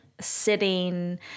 sitting